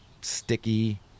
sticky